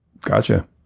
Gotcha